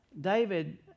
David